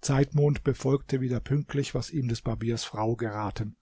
zeitmond befolgte wieder pünktlich was ihm des barbiers frau geraten